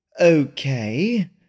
Okay